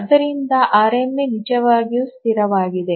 ಆದ್ದರಿಂದ ಆರ್ಎಂಎ ನಿಜವಾಗಿಯೂ ಸ್ಥಿರವಾಗಿದೆ